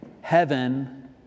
heaven